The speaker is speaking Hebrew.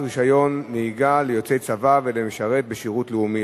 רשיון נהיגה ליוצא צבא ולמשרת בשירות לאומי),